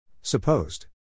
Supposed